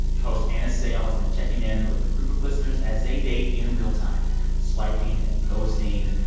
host anna sale has been checking in with a group of listeners as they date in real time swiping and ghosting,